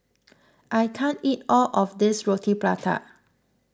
I can't eat all of this Roti Prata